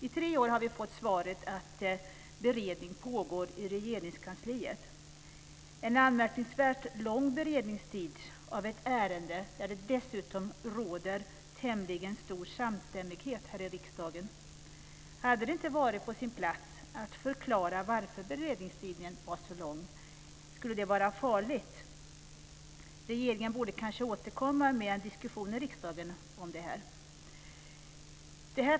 I tre år har vi fått svaret att beredning pågår i Regeringskansliet. Det är en anmärkningsvärt lång beredningstid av ett ärende där det dessutom råder tämligen stor samstämmighet här i riksdagen. Hade det inte varit på sin plats att förklara varför beredningstiden var så lång? Skulle det vara farligt? Regeringen borde kanske återkomma med en diskussion i riksdagen om detta.